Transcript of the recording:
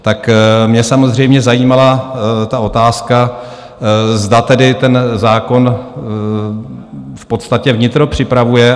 Tak mě samozřejmě zajímala otázka, zda tedy ten zákon v podstatě vnitro připravuje.